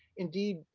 indeed,